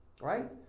right